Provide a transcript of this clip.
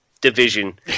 division